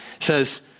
says